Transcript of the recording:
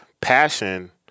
passion